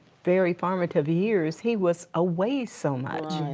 very formative years, he was away so much. right.